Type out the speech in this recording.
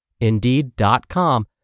Indeed.com